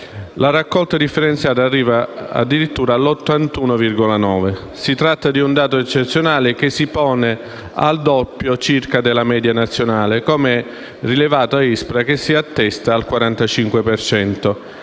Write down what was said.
La raccolta differenziata arriva addirittura all'81,9 per cento. Si tratta di un dato eccezionale che rappresenta il doppio circa della media nazionale, come rilevato da ISPRA, che si attesta al 45